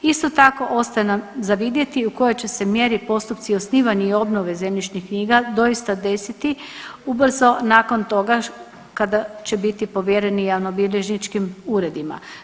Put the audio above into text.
Isto tako ostaje nam za vidjeti u kojoj će se postupci osnivanja i obnove zemljišnih knjiga doista desiti ubrzo nakon toga kada će biti povjereni javnobilježničkim uredima.